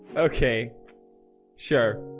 ok sure